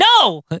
No